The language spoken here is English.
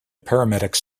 paramedics